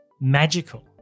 magical